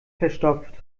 verstopft